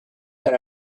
that